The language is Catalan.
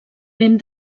ben